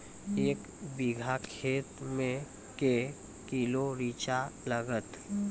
एक बीघा खेत मे के किलो रिचा लागत?